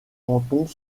cantons